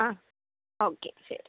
ആ ഓക്കേ ശരി